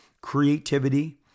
creativity